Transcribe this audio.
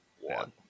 one